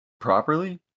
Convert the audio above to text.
properly